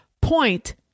point